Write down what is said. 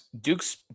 Duke's